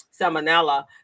salmonella